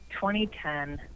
2010